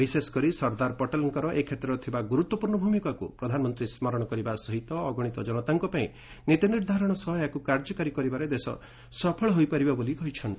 ବିଶେଷକରି ସର୍ଦ୍ଦାର ପଟେଲ୍ଙ୍କ ଏ କ୍ଷେତ୍ରରେ ଥିବା ଗୁରୁତ୍ୱପୂର୍ଣ୍ଣ ଭୂମିକାକୁ ପ୍ରଧାନମନ୍ତ୍ରୀ ସ୍କରଣ କରିବା ସହିତ ଅଗଣିତ ଜନତାଙ୍କ ପାଇଁ ନୀତି ନିର୍ଦ୍ଧାରଣ ସହ ଏହାକୁ କାର୍ଯ୍ୟକାରୀ କରିବାରେ ଦେଶ ସଫଳ ହୋଇପାରିବ ବୋଲି କହିଛନ୍ତି